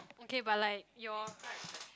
okay but like your